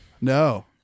No